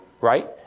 right